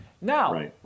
Now